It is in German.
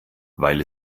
weil